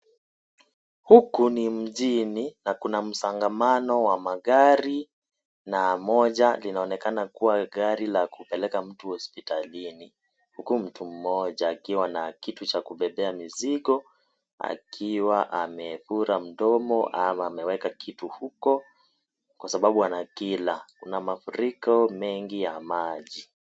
Huko ni mjini na kuna msongamano wa magari na moja linaonekana kuwa gari la kupeleka mtu hospitalini, huku mtu mmoja akiwa na kitu cha kubebea mizigo akiwa amefura mdomo ama ameweka kitu huko kwa sababu anakila kuna mafuriko mengi ya maji.